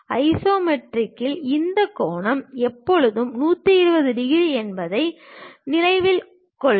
ஐசோமெட்ரிக்கில் இந்த கோணம் எப்போதும் 120 டிகிரி என்பதை நினைவில் கொள்க